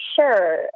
sure